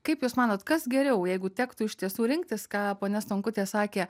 kaip jūs manot kas geriau jeigu tektų iš tiesų rinktis ką ponia stonkutė sakė